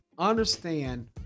Understand